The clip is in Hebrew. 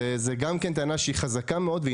זוהי טענה חזקה מאוד,